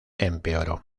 empeoró